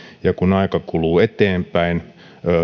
ja kun aika kuluu eteenpäin